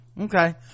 okay